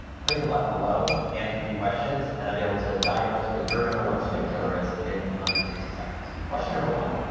click the button below, answer a few questions, and i'll be able to diagnose what your number one swing killer is in under sixty seconds. question number one.